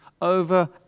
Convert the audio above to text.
over